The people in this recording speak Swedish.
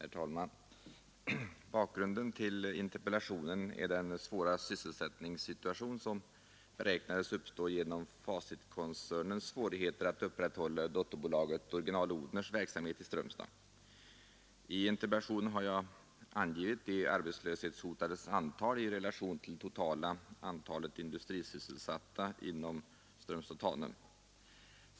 Herr talman! Bakgrunden till min interpellation är den svåra sysselsättningssituation som beräknades uppstå genom Facitkoncernens svårigheter att upprätthålla dotterbolaget Original-Odhners verksamhet i Strömstad. I interpellationen har jag angivit de arbetslöshetshotades antal i relation till totala antalet industrisysselsatta inom Strömstad och Tanum.